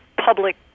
public